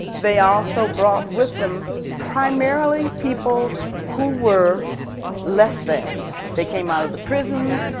they also brought with them primarily people who were less thans. they came out of the prisons,